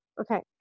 Okay